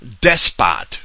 despot